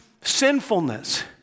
sinfulness